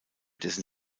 dessen